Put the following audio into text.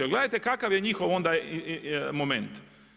Jer gledajte kakav je njihov onda moment?